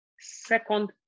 Second